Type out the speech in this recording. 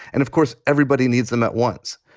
and of course, everybody needs them at once.